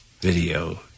video